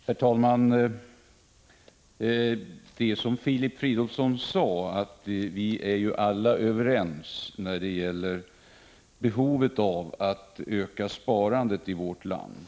Herr talman! Som Filip Fridolfsson sade är vi alla överens om behovet av att öka sparandet i vårt land.